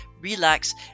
relax